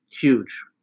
huge